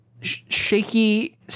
shaky